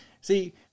see